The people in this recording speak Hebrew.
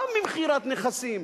לא ממכירת נכסים.